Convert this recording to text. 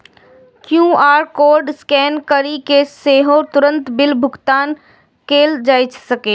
QR code scan करि कें सेहो तुरंत बिल भुगतान कैल जा सकैए